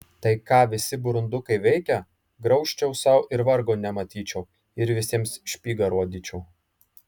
tai ką visi burundukai veikia graužčiau sau ir vargo nematyčiau ir visiems špygą rodyčiau